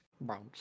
Bounce